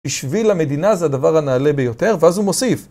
בשביל המדינה זה הדבר הנעלה ביותר ואז הוא מוסיף.